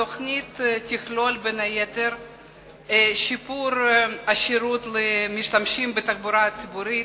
בתוכנית ייכללו בין היתר שיפור השירות למשתמשים בתחבורה הציבורית,